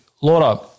Laura